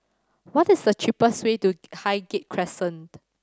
what is the cheapest way to Highgate Crescent